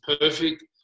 perfect